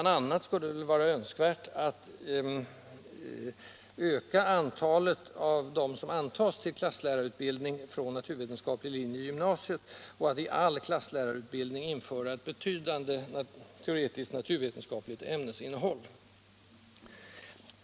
Det skulle säkert vara önskvärt att öka antalet av dem som antas till klasslärarutbildning från naturvetenskaplig linje i gymnasiet och att i all klasslärarutbildning införa ett betydande teoretiskt naturvetenskapligt ämnesinnehåll.